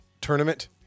tournament